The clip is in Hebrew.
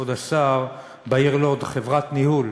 כבוד השר, בעיר לוד, חברת ניהול,